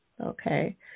okay